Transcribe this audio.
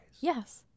yes